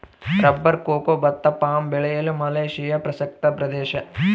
rubber cocoa ಭತ್ತ palm ಬೆಳೆಯಲು Malaysia ಪ್ರಸಕ್ತ ಪ್ರದೇಶ